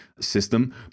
system